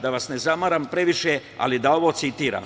Da vas ne zameram previše, ali da ovo citiram.